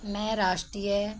मैं राष्ट्रीय